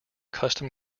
custom